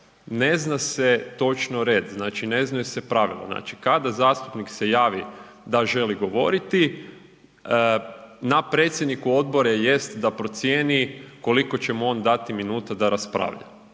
ne znam točno red, ne znaju se pravila. Znači kada zastupnik se javio da želi govoriti na predsjedniku odbora jest da procijeni koliko će mu on dati minuta da raspravlja.